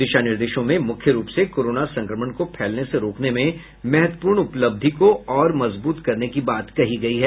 दिशा निर्देशों में मुख्य रूप से कोरोना संक्रमण को फैलने से रोकने में महत्वपूर्ण उपलब्धि को और मजबूत करने की बात कही गयी है